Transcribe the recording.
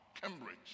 Cambridge